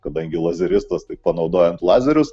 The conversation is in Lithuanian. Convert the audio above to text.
kadangi lazeristas tai panaudojant lazerius